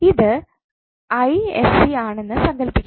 ഇത് ആണെന്ന് സങ്കൽപ്പിക്കുക